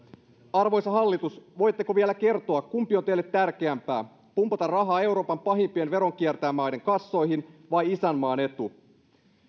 arvoisa hallitus voitteko vielä kertoa kumpi on teille tärkeämpää pumpata rahaa euroopan pahimpien veronkiertäjämaiden kassoihin vai isänmaan etu